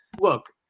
look